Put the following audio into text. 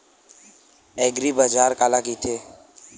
एग्रीबाजार काला कइथे?